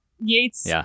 Yates